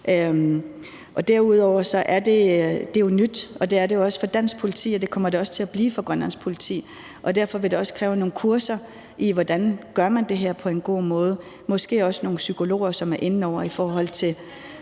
Derudover er det jo nyt. Det er det for dansk politi, og det kommer det også til at blive for Grønlands politi. Derfor vil det også kræve nogle kurser i, hvordan man gør det her på en god måde, og måske også nogle psykologer, som er inde over, i forhold til